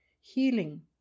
healing